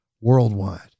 worldwide